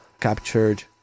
captured